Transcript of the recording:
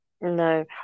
No